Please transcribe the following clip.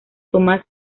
tomás